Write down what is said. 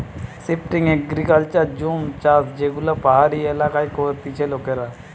shifting agriculture জুম চাষযেগুলো পাহাড়ি এলাকায় করতিছে লোকেরা